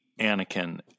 Anakin